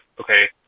okay